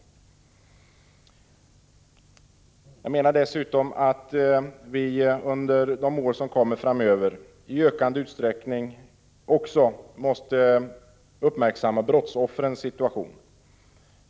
Under åren framöver måste vi också i ökande utsträckning uppmärksamma brottsoffrens situation.